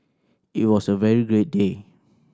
it was a very great day